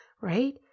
Right